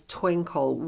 twinkle